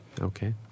Okay